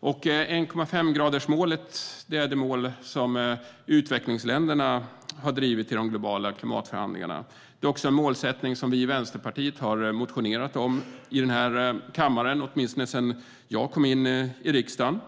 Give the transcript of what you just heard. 1,5-gradersmålet är det mål som utvecklingsländerna har drivit i de globala klimatförhandlingarna. Det är också en målsättning som vi i Vänsterpartiet har motionerat om i den här kammaren, åtminstone sedan jag kom in i riksdagen.